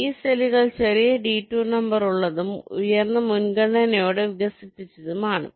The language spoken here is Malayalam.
ഈ സെല്ലുകൾ ചെറിയ ഡിടൂർ നമ്പർ ഉള്ളതും ഉയർന്ന മുൻഗണനയോടെ വികസിപ്പിച്ചതും ആണ്